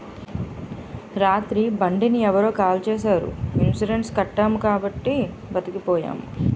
రాత్రి బండిని ఎవరో కాల్చీసారు ఇన్సూరెన్సు కట్టాము కాబట్టి బతికిపోయాము